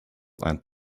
and